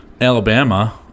Alabama